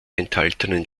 enthaltenen